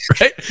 Right